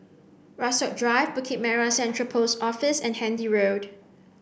Rasok Drive Bukit Merah Central Post Office and Handy Road